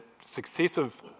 successive